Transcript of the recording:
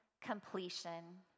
completion